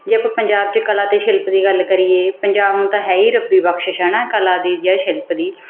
ਜੇ ਆਪਾਂ ਪੰਜਾਬ 'ਚ ਕਲਾ ਅਤੇ ਸ਼ਿਲਪ ਦੀ ਗੱਲ ਕਰੀਏ ਪੰਜਾਬ ਨੂੰ ਤਾਂ ਹੈ ਹੀ ਰੱਬੀ ਬਖਸ਼ਿਸ਼ ਏ ਨਾ ਕਲਾ ਦੀ ਜਾਂ ਸ਼ਿਲਪ ਦੀ